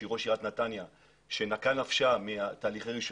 ראש עיריית נתניה שנקעה נפשה מתהליכי רישוי